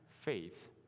faith